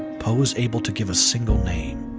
poe is able to give a single name,